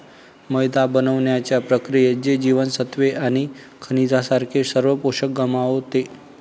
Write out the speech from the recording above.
मैदा बनवण्याच्या प्रक्रियेत, ते जीवनसत्त्वे आणि खनिजांसारखे सर्व पोषक गमावते